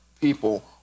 people